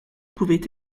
pouvaient